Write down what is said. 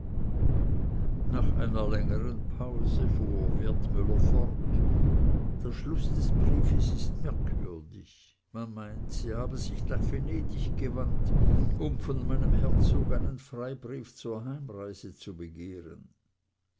nach einer längern pause fuhr wertmüller fort der schluß des briefes ist merkwürdig man meint sie habe sich nach venedig gewandt um von meinem herzog einen freibrief zur heimreise zu begehren